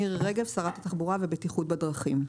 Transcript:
מירי רגב, שרת התחבורה והבטיחות בדרכים.